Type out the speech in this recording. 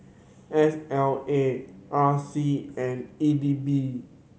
S L A R C and E D B